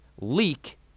leak